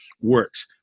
works